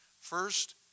First